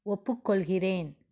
ஒப்புக்கொள்கிறேன்